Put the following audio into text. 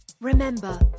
Remember